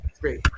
great